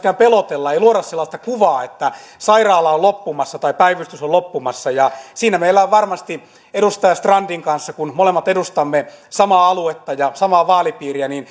myöskään pelotella ei luoda sellaista kuvaa että sairaala on loppumassa tai päivystys on loppumassa siinä meillä on varmasti edustaja strandin kanssa kun molemmat edustamme samaa aluetta ja samaa vaalipiiriä